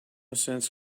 sense